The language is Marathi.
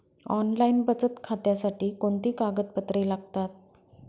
ऑनलाईन बचत खात्यासाठी कोणती कागदपत्रे लागतात?